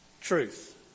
truth